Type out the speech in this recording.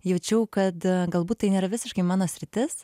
jaučiau kad galbūt tai nėra visiškai mano sritis